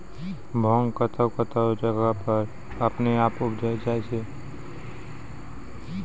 भांग कतौह कतौह जगह पर अपने आप उपजी जाय छै